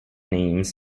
names